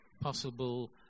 possible